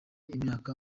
imyaka